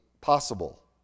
possible